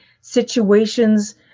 situations